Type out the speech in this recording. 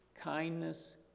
kindness